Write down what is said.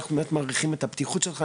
אנחנו באמת מעריכים את הפתיחות שלך,